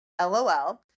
LOL